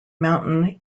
mountain